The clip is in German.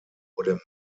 wurde